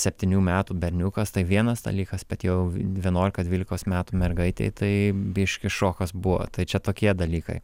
septynių metų berniukas tai vienas dalykas bet jau vienuolika dvylikos metų mergaitei tai biškį šokas buvo tai čia tokie dalykai